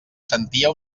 sentia